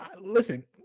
Listen